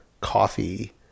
coffee